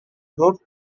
wrote